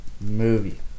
movie